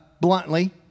bluntly